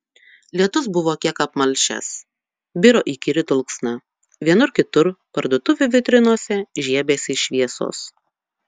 lietus buvo kiek apmalšęs biro įkyri dulksna vienur kitur parduotuvių vitrinose žiebėsi šviesos